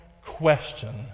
question